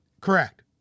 correct